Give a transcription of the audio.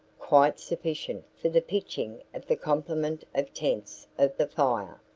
quite sufficient for the pitching of the complement of tents of the fire.